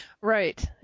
Right